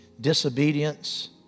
disobedience